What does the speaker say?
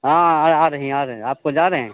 हाँ आ रही आ रहें आपको जा रहे हैं